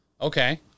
Okay